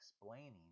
explaining